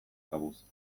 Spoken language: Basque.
kabuz